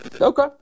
Okay